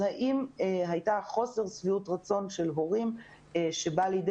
האם היה חוסר שביעות רצון של הורים שבא לידי